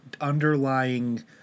underlying